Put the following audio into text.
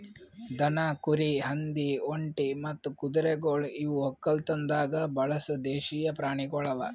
ದನ, ಕುರಿ, ಹಂದಿ, ಒಂಟಿ ಮತ್ತ ಕುದುರೆಗೊಳ್ ಇವು ಒಕ್ಕಲತನದಾಗ್ ಬಳಸ ದೇಶೀಯ ಪ್ರಾಣಿಗೊಳ್ ಅವಾ